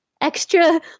extra